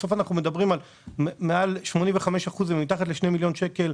בסוף אנחנו מדברים על למעלה מ-85% ומתחת ל-2 מיליון שקל,